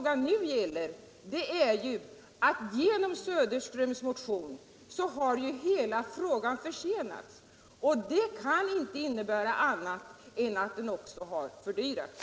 Genom herr Söderströms motion har hela frågan försenats, och det kan inte innebära något annat än att detta också har fördyrats.